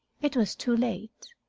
it was too late.